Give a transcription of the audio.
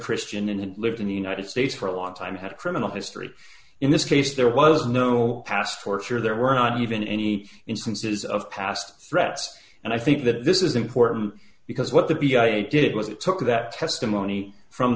christian and lived in the united states for a long time had a criminal history in this case there was no passports or there were not even any instances of past threats and i think that this is important because what the b i did was it took that testimony from